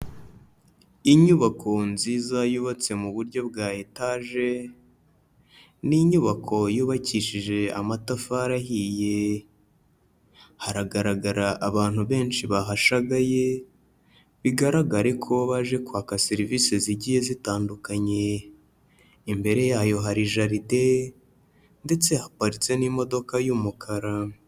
Inyubako nziza yubatse mu buryo bwa etage, ni inyubako yubakishije amatafari ahiye, haragaragara abantu benshi bahashagaye, bigaragare ko baje kwaka serivisi zigiye zitandukanye, imbere yayo hari jaride, ndetse haparitse n'imodoka y'umukara.